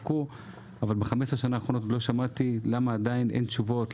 אבל ב-15 השנים האחרונות לא שמעתי למה עדיין אין תשובות,